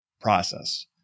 process